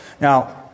Now